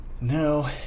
No